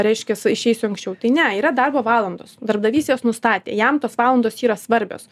reiškias išeisiu anksčiau tai ne yra darbo valandos darbdavys jas nustatė jam tos valandos yra svarbios